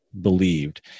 believed